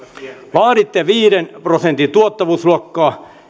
vaaditte viiden prosentin tuottavuusloikkaa